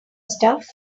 stuff